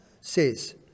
says